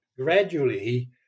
gradually